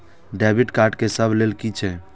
Debit card के सब ले सके छै?